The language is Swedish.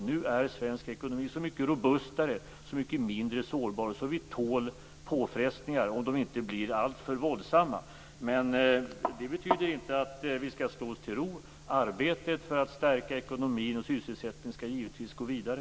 Nu är svensk ekonomi så mycket robustare, så mycket mindre sårbar att vi tål påfrestningar om de inte blir alltför våldsamma. Men det betyder inte att vi skall slå oss till ro. Arbetet för att stärka ekonomi och sysselsättning skall givetvis gå vidare.